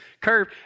curve